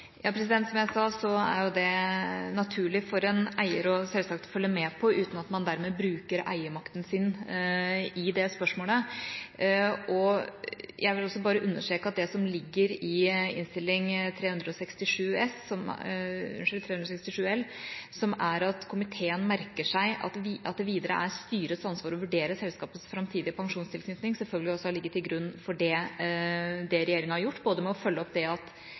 Som jeg sa, er det selvsagt naturlig for en eier å følge med på dette uten at man dermed bruker eiermakten i det spørsmålet. Jeg vil også understreke at det som ligger i Innstilling 366 L, at «komiteen merker seg videre at det er styrets ansvar å vurdere selskapets fremtidige pensjonstilknytning», selvfølgelig også har ligget til grunn for det regjeringa har gjort med å følge opp det at